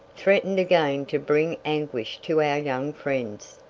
threatened again to bring anguish to our young friends.